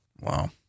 Wow